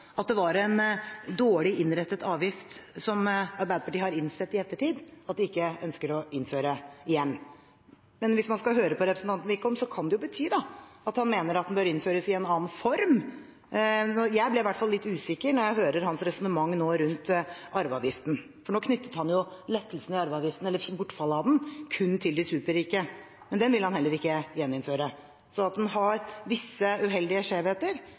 at det var en dårlig innrettet avgift, som Arbeiderpartiet i ettertid har innsett at de ikke ønsker å innføre igjen. Men hvis vi skal høre på representanten Wickholm, kan det bety at han mener at den bør innføres i en annen form. Jeg ble i hvert fall litt usikker da jeg nå hørte hans resonnement rundt arveavgiften, for nå knyttet han lettelsene i arveavgiften eller bortfallet av den kun til de superrike. Men den vil han heller ikke gjeninnføre. At den har visse uheldige skjevheter,